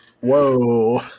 whoa